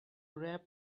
rap